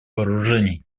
вооружений